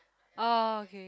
oh okay